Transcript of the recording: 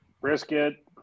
brisket